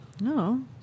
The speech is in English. No